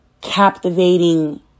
captivating